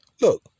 Look